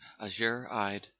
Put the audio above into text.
azure-eyed